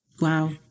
Wow